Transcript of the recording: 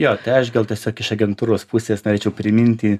jo tai aš gal tiesiog iš agentūros pusės norėčiau priminti